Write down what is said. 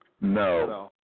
No